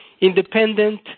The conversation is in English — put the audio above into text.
independent